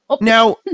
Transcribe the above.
now